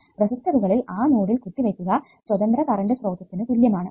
റെസിസ്റ്ററുകളിൽ ആ നോഡിൽ കുത്തിവെക്കുക സ്വതന്ത്ര കറണ്ട് സ്രോതസ്സിനു തുല്യം ആണ്